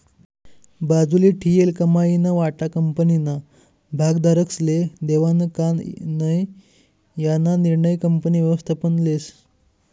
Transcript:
बाजूले ठीयेल कमाईना वाटा कंपनीना भागधारकस्ले देवानं का नै याना निर्णय कंपनी व्ययस्थापन लेस